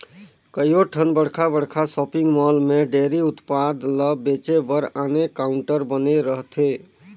कयोठन बड़खा बड़खा सॉपिंग मॉल में डेयरी उत्पाद ल बेचे बर आने काउंटर बने रहथे